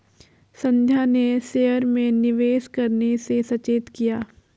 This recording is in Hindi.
संध्या ने शेयर में निवेश करने से सचेत किया